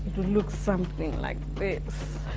look something like this. it's